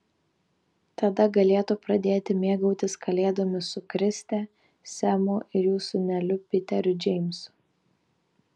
tada galėtų pradėti mėgautis kalėdomis su kriste semu ir jų sūneliu piteriu džeimsu